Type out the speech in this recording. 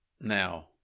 Now